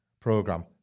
program